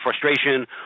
frustration